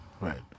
right